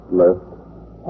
left